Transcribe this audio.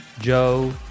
Joe